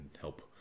help